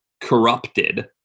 corrupted